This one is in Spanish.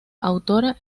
autora